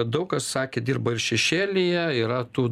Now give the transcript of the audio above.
daug kas sakė dirba ir šešėlyje yra tų